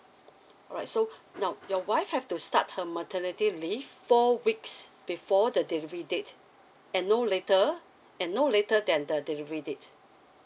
alright so now your wife have to start her maternity leave four weeks before the delivery date and no later and no later than the delivery date